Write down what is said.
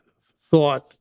thought